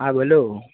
હા બોલો